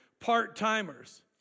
part-timers